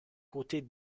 côtés